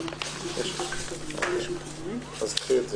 אז ככה,